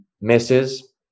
misses